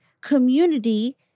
community